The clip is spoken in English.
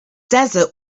desert